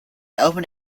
opened